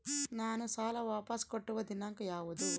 ನಾನು ಸಾಲ ವಾಪಸ್ ಕಟ್ಟುವ ದಿನಾಂಕ ಯಾವುದು?